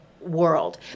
world